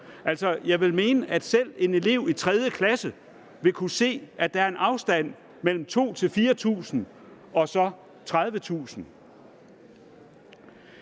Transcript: jeg vil mene, at selv en elev i 3. klasse vil kunne se, at der er en afstand mellem 2.000-4.000 og 30.000.